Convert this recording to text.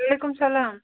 وعلیکُم سَلام